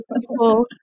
people